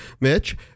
Mitch